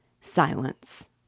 Silence